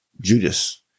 Judas